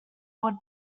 would